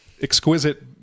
exquisite